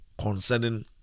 concerning